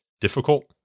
difficult